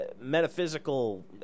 metaphysical